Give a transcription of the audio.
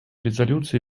резолюции